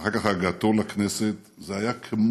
ואחר כך הגעתו לכנסת, זה היה כמו